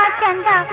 Chanda